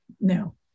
no